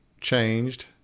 changed